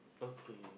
okay